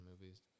movies